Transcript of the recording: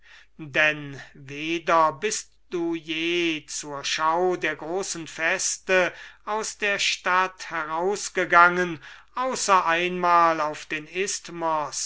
denn weder bist du je zur schau der großen feste aus der stadt herausgegangen außer einmal auf den